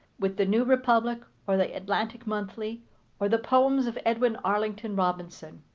with the new republic or the atlantic monthly or the poems of edwin arlington robinson.